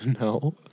No